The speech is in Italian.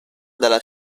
dalla